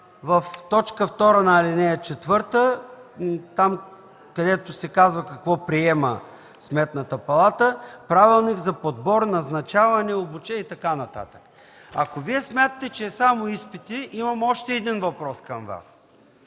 във т. 2 на ал. 4, където се казва какво приема Сметната палата – Правилник за подбор, назначаване, обучение и така нататък. Ако Вие смятате, че е само изпити, имам още един въпрос към Вас